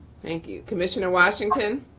thank you. commissioner washington.